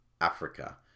Africa